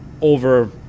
over